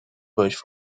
byłeś